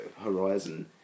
Horizon